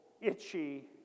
itchy